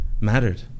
mattered